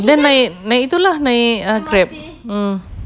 then itu lah naik Grab mm